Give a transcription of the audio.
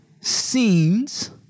scenes